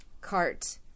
cart